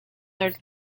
their